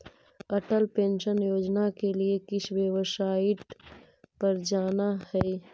Atal pension Yojana के लिए किस वेबसाईट पर जाना हई